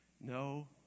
No